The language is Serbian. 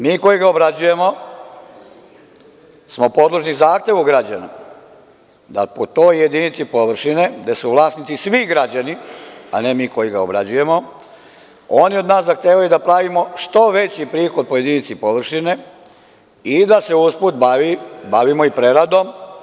Mi koji ga obrađujemo smo podložni zahtevu građana da po toj jedinici površine, gde su vlasnici svi građani, a ne mi koji ga obrađujemo, oni od nas zahtevaju da pravimo što veći prihod po jedinici površine i da se usput bavimo i preradom.